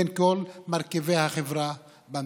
בין כל מרכיבי החברה במדינה.